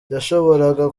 yashoboraga